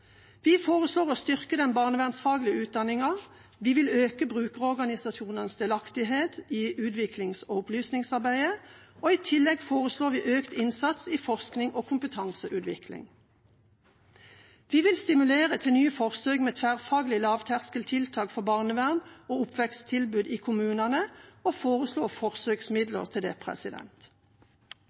Vi foreslår å styrke den barnevernfaglige utdanningen, vi vil øke brukerorganisasjonenes delaktighet i utviklings- og opplysningsarbeidet, og i tillegg foreslår vi økt innsats i forsknings- og kompetanseutvikling. Vi vil stimulere til nye forsøk med tverrfaglige lavterskeltiltak for barnevern og oppveksttilbud i kommunene og foreslår forsøksmidler til det.